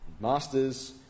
Masters